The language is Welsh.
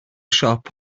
siop